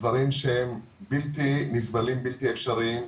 דברים שהם בלתי נסבלים, בלתי אפשריים.